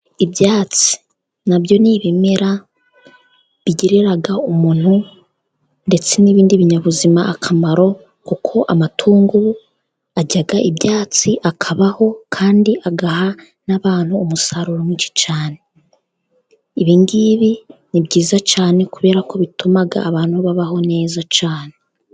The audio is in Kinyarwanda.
Ibyatsi na byo ni ibimera bigirira umuntu ndetse n'ibindi binyabuzima akamaro, kuko amatungo arya ibyatsi akabaho, kandi agaha n'abantu umusaruro mwinshi cyane. Ibi ngibi ni byiza cyane kubera ko bituma abantu babaho neza cyane.